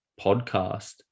podcast